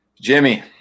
Jimmy